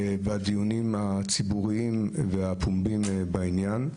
והדיונים הציבוריים והפומביים בעניין.